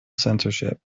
censorship